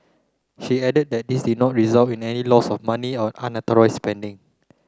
she added that this did not result in any loss of money or spending